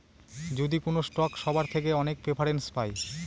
যদি কোনো স্টক সবার থেকে অনেক প্রেফারেন্স পায়